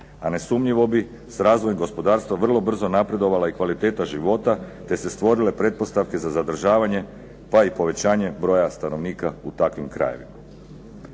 a nesumnjivo bi s razvojem gospodarstva vrlo brzo napredovala kvaliteta života te se stvorile pretpostavke za zadržavanje pa i povećanje broj stanovnika u takvim krajevima.